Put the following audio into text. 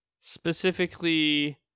Specifically